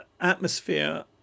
atmosphere